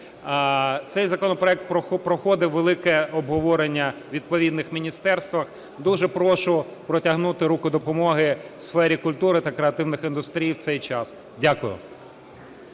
Цей законопроект проходив велике обговорення у відповідних міністерствах. Дуже прошу протягнути руку допомоги в сфері культури та креативних індустрій в цей час. Дякую.